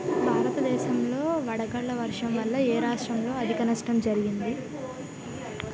భారతదేశం లో వడగళ్ల వర్షం వల్ల ఎ రాష్ట్రంలో అధిక నష్టం జరిగింది?